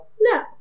No